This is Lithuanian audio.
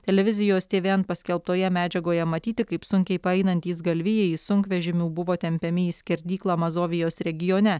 televizijos tvn paskelbtoje medžiagoje matyti kaip sunkiai paeinantys galvijai sunkvežimių buvo tempiami į skerdyklą mazovijos regione